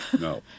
no